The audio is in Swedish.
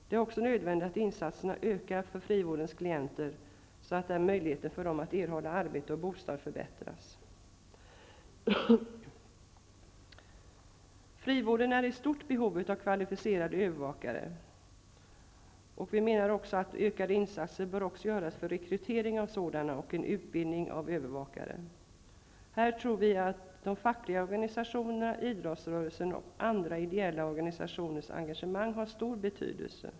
Det är också nödvändigt att insatserna för frivårdens klienter ökas, så att deras möjlighet att erhålla arbete och bostad förbättras. Frivården är i stort behov av kvalificerade övervakare. Vi menar också att ökade insatser bör göras för rekrytering och utbildning av övervakare. Här tror vi att de fackliga organisationerna, idrottsrörelsen och andra ideella organisationers engagemang har stor betydelse.